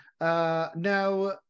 Now